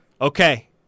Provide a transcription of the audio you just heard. Okay